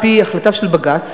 הוא נסגר על-פי החלטה של בג"ץ.